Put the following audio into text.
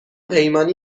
پیمانی